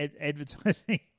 advertising